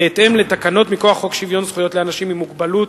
בהתאם לתקנות מכוח חוק שוויון זכויות לאנשים עם מוגבלות,